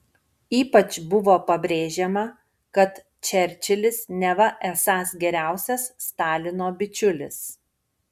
ypač buvo pabrėžiama kad čerčilis neva esąs geriausias stalino bičiulis